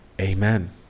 amen